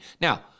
Now